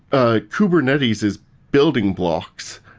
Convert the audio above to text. ah kubernetes is building blocks.